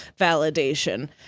validation